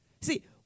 See